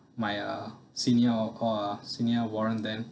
my uh senior I will call uh senior warrant then